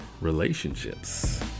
Relationships